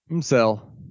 sell